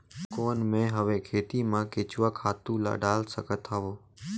कौन मैं हवे खेती मा केचुआ खातु ला डाल सकत हवो?